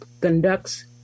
conducts